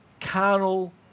carnal